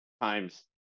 times